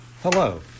Hello